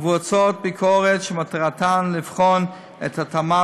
מבוצעות ביקורות שמטרתן לבחון את התאמת